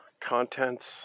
contents